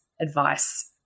advice